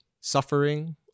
suffering